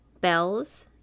bells